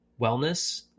Wellness